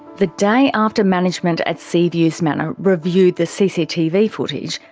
the day after management at sea views manor reviewed the cctv footage,